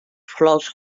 flors